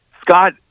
Scott